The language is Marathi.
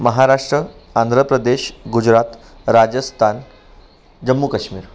महाराष्ट्र आंध्र प्रदेश गुजरात राजस्तान जम्मू कश्मीर